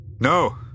No